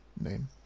name